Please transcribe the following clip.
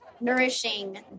nourishing